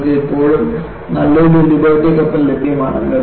നിങ്ങൾക്ക് ഇപ്പോഴും നല്ലൊരു ലിബർട്ടി കപ്പൽ ലഭ്യമാണ്